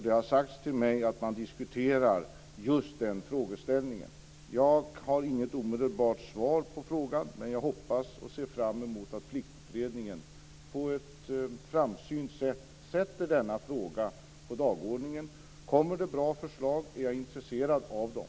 Det har sagts till mig att man diskuterar just den frågeställningen. Jag har inget omedelbart svar på frågan. Men jag hoppas och ser fram emot att Pliktutredningen på ett framsynt sätt sätter denna fråga på dagordningen. Kommer det bra förslag är jag intresserad av dem.